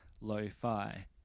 lo-fi